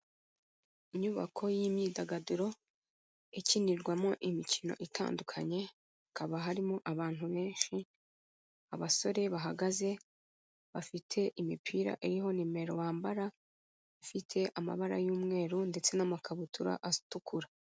Inyubako y'imyidagaduro, ikinirwamo imikino itandukanye, hakaba harimo abantu benshi, abasore bahagaze bafite imipira iriho nimero bambara, ifite amabara y'umweru ndetse n'amakabutura atukura.